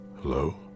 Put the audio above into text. hello